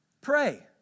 Pray